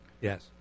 Yes